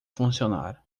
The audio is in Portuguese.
funcionar